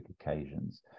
occasions